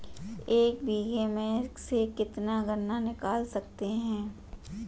एक बीघे में से कितना गन्ना निकाल सकते हैं?